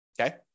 Okay